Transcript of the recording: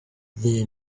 they